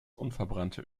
unverbrannte